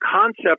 concept